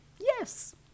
Yes